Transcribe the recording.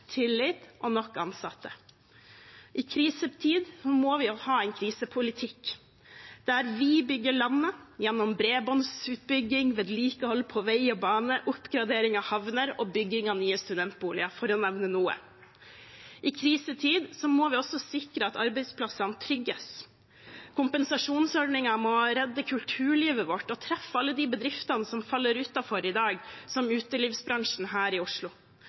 tillit og nok ansatte. I en krisetid må vi ha en krisepolitikk, der vi bygger landet gjennom bredbåndsutbygging, vedlikehold av vei og bane, oppgradering av havner og bygging av nye studentboliger – for å nevne noe. I en krisetid må vi også sikre at arbeidsplassene trygges. Kompensasjonsordningen må redde kulturlivet vårt og treffe alle de bedriftene som faller utenfor i dag – som utelivsbransjen her i Oslo.